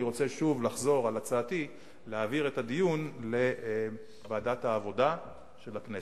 אני רוצה שוב לחזור על הצעתי להעביר את הדיון לוועדת העבודה של הכנסת.